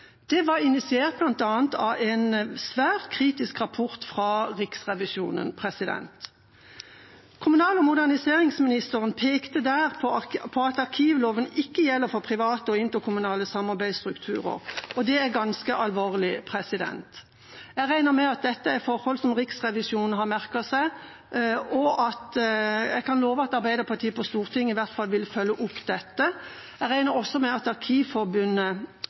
arkivpraksis var tema. Det var initiert av bl.a. en svært kritisk rapport fra Riksrevisjonen. Kommunal- og moderniseringsministeren pekte der på at arkivloven ikke gjelder for private og interkommunale samarbeidsstrukturer, og det er ganske alvorlig. Jeg regner med at dette er forhold som Riksrevisjonen har merket seg, og jeg kan love at Arbeiderpartiet på Stortinget i hvert fall vil følge opp dette. Jeg regner også med at